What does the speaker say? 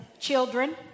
children